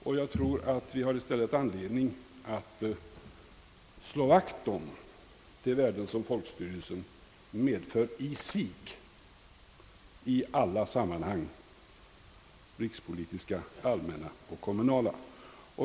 Vi bör i stället slå vakt om de värden som folkstyrelsen medför i sig i alla sammanhang — rikspolitiska, allmänna och kommunala.